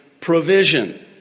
provision